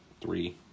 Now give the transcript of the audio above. three